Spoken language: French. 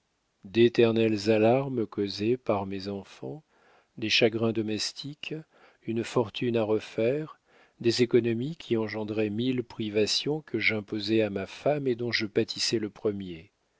d'éternelles alarmes causées par mes enfants des chagrins domestiques une fortune à refaire des économies qui engendraient mille privations que j'imposais à ma femme et dont je pâtissais le premier